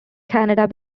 canada